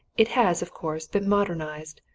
it has, of course, been modernized.